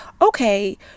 okay